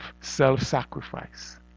self-sacrifice